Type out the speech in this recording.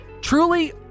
truly